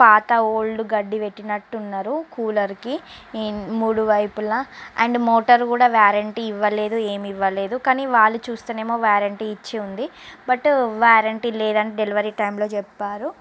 పాత ఓల్డ్ గడ్డి పెట్టినట్టు ఉన్నారు కూలర్కి మూడు వైపుల అండ్ మోటార్ కూడా వ్యారెంటీ ఇవ్వలేదు ఏమి ఇవ్వలేదు కానీ వాళ్ళు చూస్తే ఏమో వ్యారెంటీ ఇచ్చి ఉంది బట్ వ్యారెంటీ లేదని డెలివరీ టైమ్లో చెప్పారు